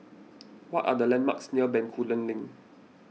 what are the landmarks near Bencoolen Link